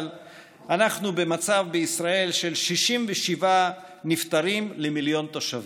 אבל אנחנו בישראל במצב של 67 נפטרים ל-1,000,000 תושבים.